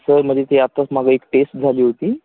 sir म्हणजे ती आत्ताच माझं एक टेस्ट झाली होती